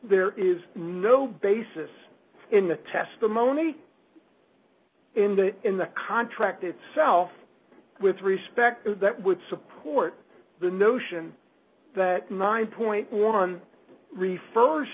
there is no basis in the testimony in the in the contract itself with respect that would support the notion that nine dollars refers